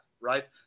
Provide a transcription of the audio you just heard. right